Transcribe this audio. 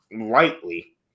lightly